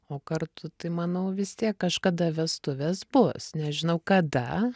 o kartu tai manau vis tiek kažkada vestuvės bus nežinau kada